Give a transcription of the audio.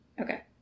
Okay